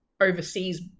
overseas